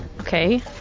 Okay